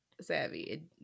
savvy